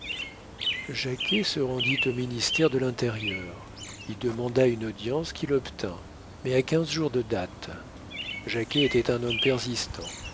jacquet se rendit au ministère de l'intérieur y demanda une audience qu'il obtint mais à quinze jours de date jacquet était un homme persistant